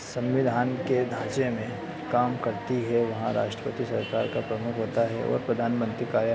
संविधान के ढाँचे में काम करती है वहाँ राष्ट्रपति सरकार का प्रमुख होता है ओर प्रधानमन्त्री कार्य